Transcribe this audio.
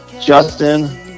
Justin